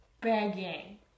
begging